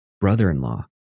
brother-in-law